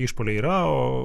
išpuoliai yra o